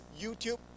YouTube